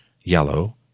yellow